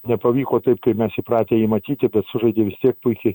nepavyko taip kaip mes įpratę jį matyti bet sužaidė vis tiek puikiai